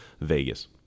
vegas